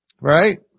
Right